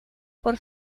por